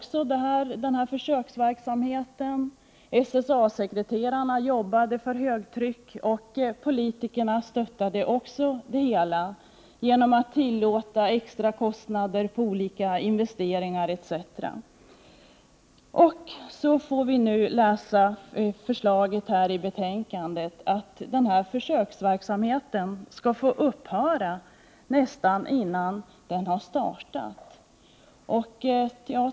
Lärarna stöttade försöksverksamheten, SSA-sekreterarna jobbade för högtryck, och politikerna stödde också det hela genom att tillåta extra kostnader för investeringar etc. Så får vi nu läsa förslaget här i betänkandet, att försöksverksamheten skall upphöra nästan innan den har startat.